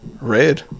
red